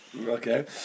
Okay